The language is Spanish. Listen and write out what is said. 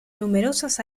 numerosas